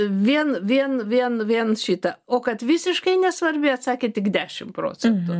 vien vien vien vien šitą o kad visiškai nesvarbi atsakė tik dešim procentų